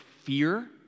fear